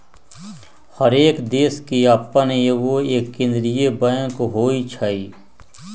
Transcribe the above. हरेक देश के अप्पन एगो केंद्रीय बैंक होइ छइ